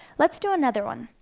let's do another one.